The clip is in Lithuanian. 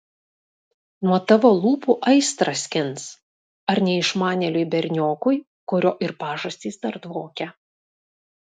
nuo tavo lūpų aistrą skins ar neišmanėliui berniokui kurio ir pažastys dar dvokia